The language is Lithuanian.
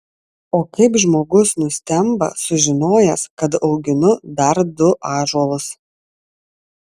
o kaip žmogus nustemba sužinojęs kad auginu dar du ąžuolus